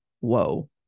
whoa